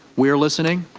we are listening.